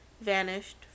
vanished